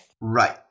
Right